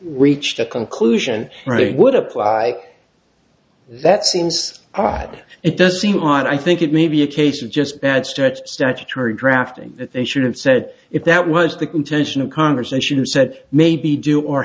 reached a conclusion would apply that seems odd it does seem odd i think it may be a case of just bad stretch statutory drafting that they should have said if that was the intention of conversation you said may be due or